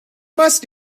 must